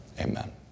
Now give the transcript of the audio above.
amen